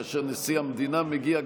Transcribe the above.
כאשר נשיא המדינה מגיע,